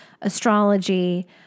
astrology